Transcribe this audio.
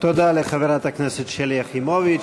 תודה לחברת הכנסת שלי יחימוביץ.